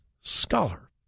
scholar